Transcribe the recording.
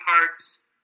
parts